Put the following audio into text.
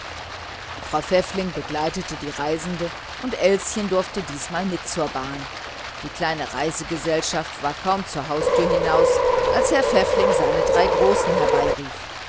frau pfäffling begleitete die reifende und elschen durfte diesmal mit zur bahn die kleine reisegesellschaft war kaum zur haustüre hinaus als herr pfäffling seine drei großen